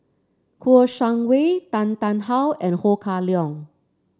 Kouo Shang Wei Tan Tarn How and Ho Kah Leong